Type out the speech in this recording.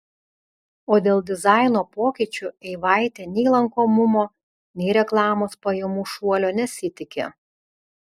o dėl dizaino pokyčių eivaitė nei lankomumo nei reklamos pajamų šuolio nesitiki